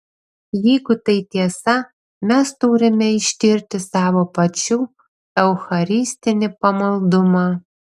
jeigu tai tiesa mes turime ištirti savo pačių eucharistinį pamaldumą